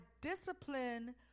discipline